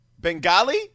bengali